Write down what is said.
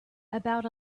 about